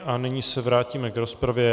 A nyní se vrátíme k rozpravě.